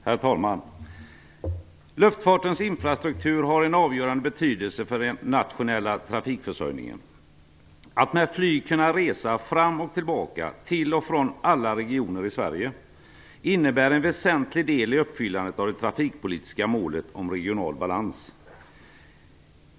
Herr talman! Luftfartens infrastruktur har en avgörande betydelse för den nationella trafikförsörjningen. Att med flyg kunna resa fram och tillbaka, till och från alla regioner i Sverige, innebär en väsentlig del i uppfyllandet av det trafikpolitiska målet om regional balans.